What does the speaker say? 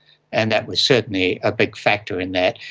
and that was certainly a big factor in that.